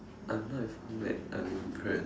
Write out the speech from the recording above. I'm not even mad I'm impressed